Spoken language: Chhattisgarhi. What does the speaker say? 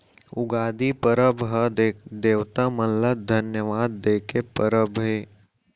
उगादी परब ह देवता मन ल धन्यवाद दे के परब हे